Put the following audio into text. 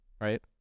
Right